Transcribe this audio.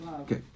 Okay